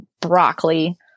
broccoli